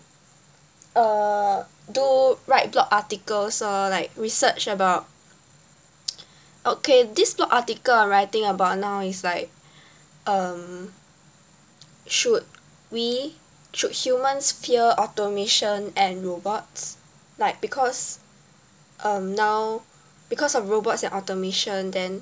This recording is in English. uh do write blog articles lor like research about okay this blog article writing about now is like um should we should humans fear automation and robots like because um now because of robots and automation then